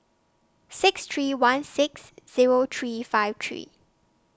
six three one six Zero three five three